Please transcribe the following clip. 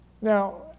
Now